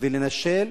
לנשל.